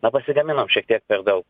na pasigaminom šiek tiek per daug